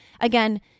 Again